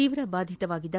ತೀವ್ರ ಬಾಧಿತವಾಗಿದ್ದ